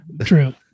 True